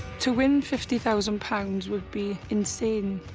to win fifty thousand pounds would be insane.